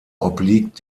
obliegt